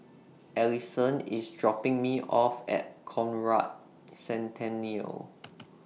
Allison IS dropping Me off At Conrad Centennial